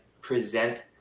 present